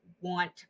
want